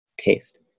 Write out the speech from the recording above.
taste